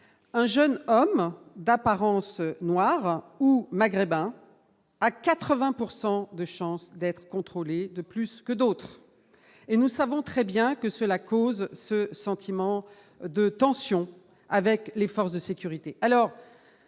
un jeune homme d'apparence noir ou maghrébins à 80 pourcent de chances d'être de plus que d'autres et nous savons très bien que cela cause ce sentiment de tension avec les forces de sécurité,